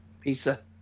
pizza